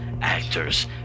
actors